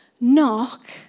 Knock